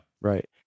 Right